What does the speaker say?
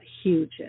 huge